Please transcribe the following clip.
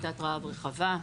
שביתת רעב רחבה.